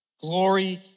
Glory